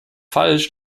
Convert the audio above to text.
falsch